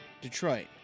Detroit